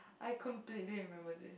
I completely remembered it